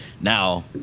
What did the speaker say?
now